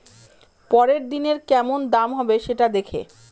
পরের দিনের কেমন দাম হবে, সেটা দেখে